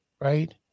right